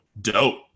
dope